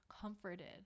comforted